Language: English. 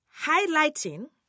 highlighting